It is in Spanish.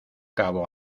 cabo